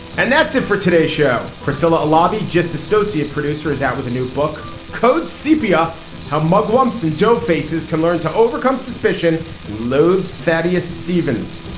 and that's it for today's show. priscilla lobby just associate producer, is out with a new book, code c p a how mugwumps and doe faces can learn to overcome suspicion and loathe thaddeus stevens.